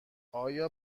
آیا